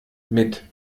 mit